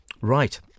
Right